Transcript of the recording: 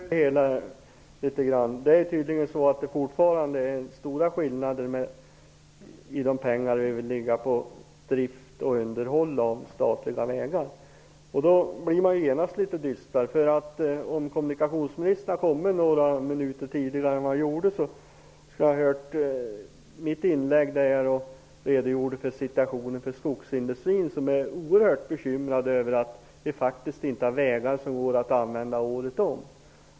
Fru talman! Det förklarar det hela något. Tydligen är det fortfarande stora skillnader i de pengar som vi vill satsa på drift och underhåll av statliga vägar. Då blir man genast litet dystrare. Om kommunikationsministern hade kommit några minuter tidigare till kammaren än vad han gjorde, hade han hört mitt inlägg. Där redogjorde jag för situationen för skogsindustrin, där man är oerhört bekymrad över att det faktiskt inte alltid finns vägar som det går att använda året om.